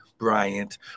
Bryant